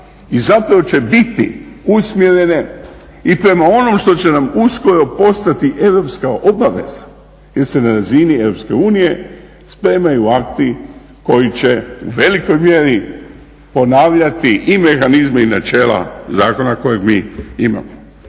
i zapravo će biti usmjerene i prema onome što će nam uskoro postati europska obaveza jer se na razini EU spremaju akti koji će u velikoj mjeri ponavljati i mehanizma i načela zakona kojeg mi imamo.